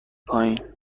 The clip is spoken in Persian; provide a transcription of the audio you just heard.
پایین